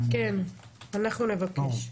כן, אנחנו נבקש.